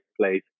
place